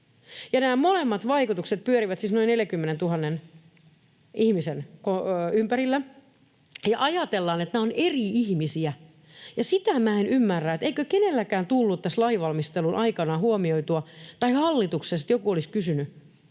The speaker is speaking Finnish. Nämä molemmat vaikutukset pyörivät siis noin 40 000 ihmisen ympärillä, ja ajatellaan, että nämä ovat eri ihmisiä. Ja sitä minä en ymmärrä, eikö kenelläkään tullut tässä lainvalmistelun aikana huomioitua tai eikö hallituksesta kukaan kysynyt,